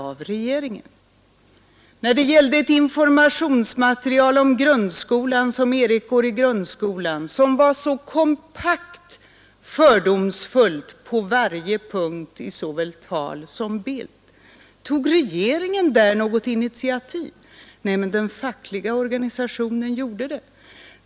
Tog regeringen något initiativ med anledning av det informationsmaterial om grundskolan — Erik går i grundskolan — som var så kompakt fördomsfullt på varje punkt i såväl tal som bild? Nej, men den fackliga organisationen gjorde det.